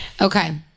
Okay